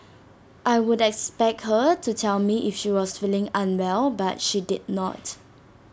I would expect her to tell me if she was feeling unwell but she did not